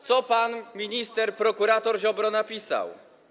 Co pan minister - prokurator Ziobro napisał?